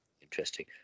interesting